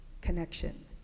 connection